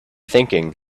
thinking